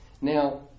Now